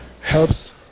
helps